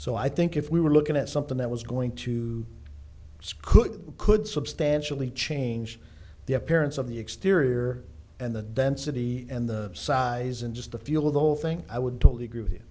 so i think if we were looking at something that was going to school could substantially change the appearance of the exterior and the density and the size and just the feel of the whole thing i would totally agree with you